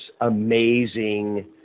amazing